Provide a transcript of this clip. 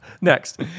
next